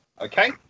Okay